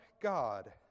God